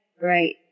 Right